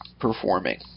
performing